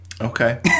Okay